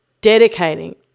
dedicating